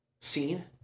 seen